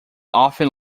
often